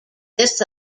this